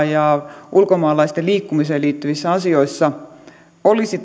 ja ulkomaalaisten liikkumiseen liittyvissä asioissa olisi